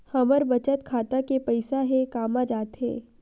हमर बचत खाता के पईसा हे कामा जाथे?